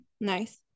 Nice